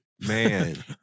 Man